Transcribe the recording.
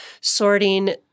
sorting